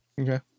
Okay